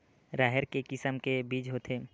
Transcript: राहेर के किसम के बीज होथे?